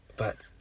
but